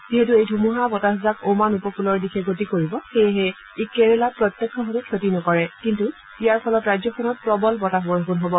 যিহেতু এই ধুমুহা বতাহজাক অমান উপকূলৰ দিশে গতি কৰিব সেয়েহে ই কেৰালা ৰাজ্যখনত প্ৰত্যক্ষভাৱে ক্ষতি নকৰে কিন্তু ইয়াৰ ফলত ৰাজ্যখনত প্ৰৱল বতাহ বৰষুণ হ'ব